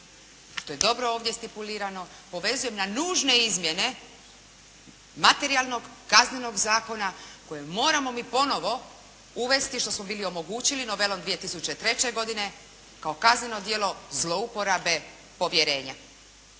što je dobro ovdje stipulirano povezujem na nužne izmjene materijalnog, kaznenog zakona koje moramo mi ponovo uvesti što smo bili omogućili novelom 2003. godine kao kazneno djelo zlouporabe povjerenja,